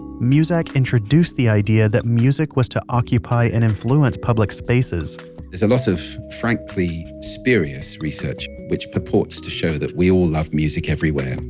muzak introduced the idea that music was to occupy and influence public spaces there's a lot of frankly spurious research which purports to show that we all love music, everywhere.